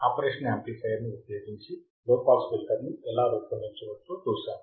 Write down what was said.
operational amplifier ని ఉపయోగించి low pass filter ని ఎలా రూపొందించవచ్చో చూశాము